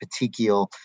petechial